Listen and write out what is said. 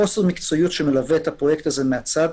חוסר מקצועיות שמלווה את הפרויקט הזה מהצד